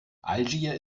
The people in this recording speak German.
algier